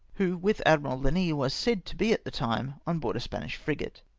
who with admiral linois was said to be at the time on board a spanish frigate.